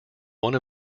one